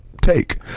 take